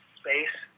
space